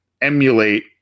emulate